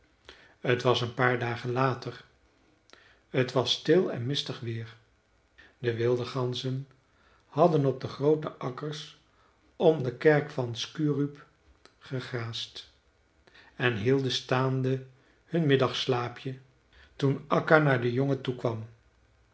t was een paar dagen later t was stil en mistig weer de wilde ganzen hadden op de groote akkers om de kerk van skurup gegraasd en hielden staande hun middagslaapje toen akka naar den jongen toekwam